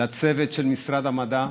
והצוות של ועדת המדע.